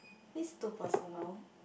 this too personal